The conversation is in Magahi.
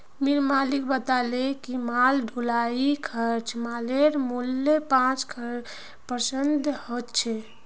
मिल मालिक बताले कि माल ढुलाईर खर्चा मालेर मूल्यत पाँच परसेंट ह छेक